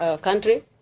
country